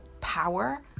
power